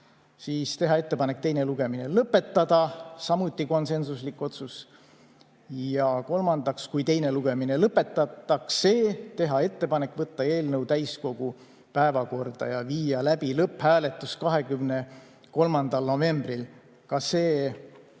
–, teha ettepanek teine lugemine lõpetada – samuti konsensuslik otsus – ja kolmandaks, kui teine lugemine lõpetatakse, teha ettepanek võtta eelnõu täiskogu päevakorda ja viia läbi lõpphääletus 23. novembril. Ka see